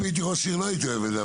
אם הייתי ראש עיר לא הייתי אוהב את זה,